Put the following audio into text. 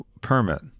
permit